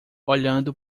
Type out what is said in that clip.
olhando